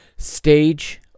Stage